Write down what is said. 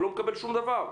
הוא לא מקבל שום דבר.